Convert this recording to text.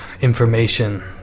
information